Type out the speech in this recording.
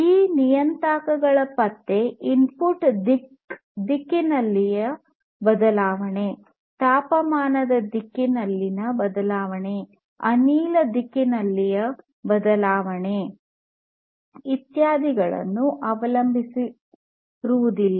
ಈ ನಿಯತಾಂಕಗಳ ಪತ್ತೆ ಇನ್ಪುಟ್ನ ದಿಕ್ಕಿನಲ್ಲಿನ ಬದಲಾವಣೆ ತಾಪಮಾನದ ದಿಕ್ಕಿನಲ್ಲಿ ಬದಲಾವಣೆ ಅನಿಲದ ದಿಕ್ಕಿನಲ್ಲಿ ಬದಲಾವಣೆ ಇತ್ಯಾದಿಗಳನ್ನು ಅವಲಂಬಿಸಿರುವುದಿಲ್ಲ